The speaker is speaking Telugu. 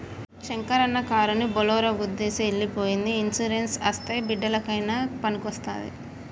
శంకరన్న కారుని బోలోరో గుద్దేసి ఎల్లి పోయ్యింది ఇన్సూరెన్స్ అస్తే బిడ్డలకయినా పనికొస్తాది